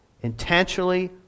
Intentionally